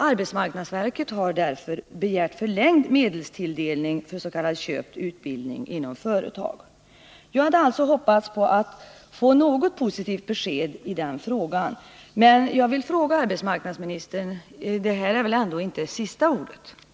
Arbetsmarknadsverket har därför begärt förlängd medelstilldelning för s.k. köpt utbildning inom företag. Jag hade alltså hoppats på att få ett positivt besked i den frågan, och jag vill fråga arbetsmarknadsministern: Detta är väl ändå inte sista ordet i ärendet?